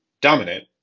dominant